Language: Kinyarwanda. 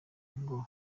ngo